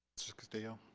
castillo